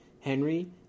Henry